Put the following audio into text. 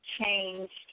changed